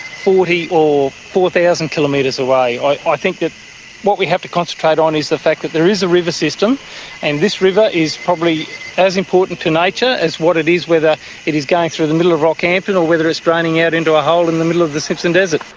forty or four thousand kilometres away. i think that what we have to concentrate on is the fact that there is a river system and this river is probably as important to nature as what it is whether it is going through the middle of rockhampton or whether it's draining out into a hole in the middle of the simpson desert.